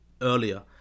earlier